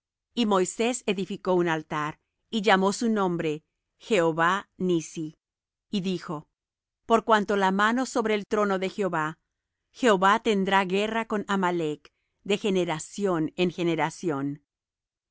y moisés edificó un altar y llamó su nombre jehová nissi y dijo por cuanto la mano sobre el trono de jehová jehová tendrá guerra con amalec de generación en generación